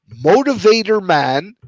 motivatorman